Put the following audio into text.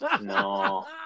No